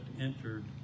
entered